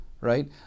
right